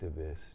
activist